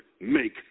make